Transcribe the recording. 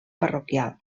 parroquial